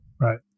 Right